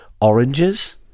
oranges